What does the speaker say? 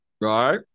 Right